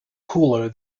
cooler